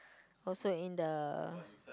also in the